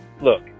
Look